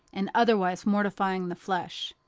and otherwise mortifying the flesh.